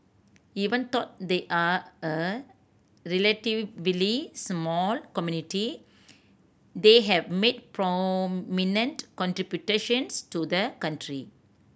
even though they are a relatively small community they have made prominent contributions to the country